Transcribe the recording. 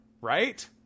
right